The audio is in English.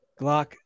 Glock